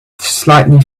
slightly